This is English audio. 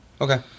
Okay